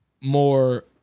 more